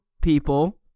people